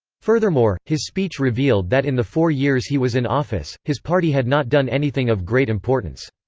furthermore, his speech revealed that in the four years he was in office, his party had not done anything of great importance.